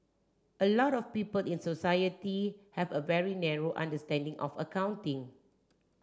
a lot of people in society have a very narrow understanding of accounting